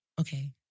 Okay